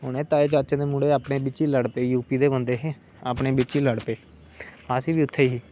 ओने ताए चाचे दे मुड़े अपने बिच गै लड़ी पे यूपी दे बंदे हे अपने बिच ही लड़ पे अस बी उत्थै ही